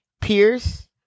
Pierce